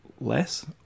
less